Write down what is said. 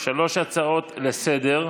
שלוש הצעות לסדר-היום.